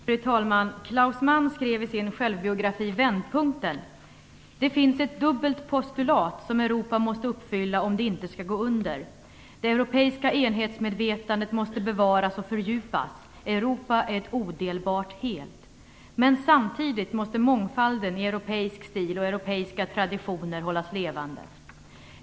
Fru talman! Klaus Mann skrev i sin självbiografi Vändpunkten: Det finns ett dubbelt postulat, som Europa måste uppfylla, om det inte skall gå under. Det europeiska enhetsmedvetandet måste bevaras och fördjupas. Europa är ett odelbart helt. Men samtidigt måste mångfalden i europeisk stil och i europeiska traditioner hållas levande.